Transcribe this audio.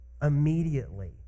immediately